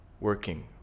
working